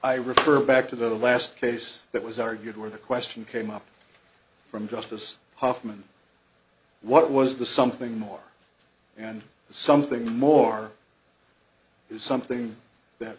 i refer back to the last case that was argued were the question came up from justice hofmann what was the something more and something more something that